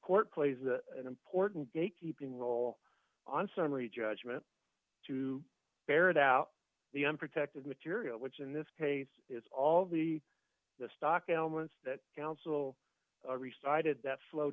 court plays an important gatekeeping role on summary judgment to ferret out the unprotected material which in this case is all the the stock elements that counsel restarted that flow